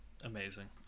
amazing